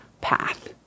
path